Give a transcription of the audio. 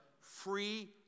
free